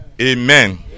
Amen